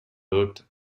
wirkt